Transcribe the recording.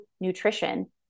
nutrition